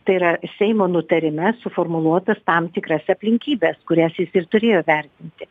tai yra seimo nutarime suformuluotas tam tikras aplinkybes kurias jis ir turėjo vertinti